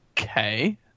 Okay